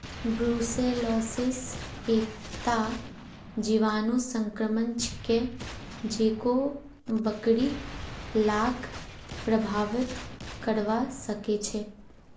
brucellosis एकता जीवाणु संक्रमण छिके जेको बकरि लाक प्रभावित करवा सकेछे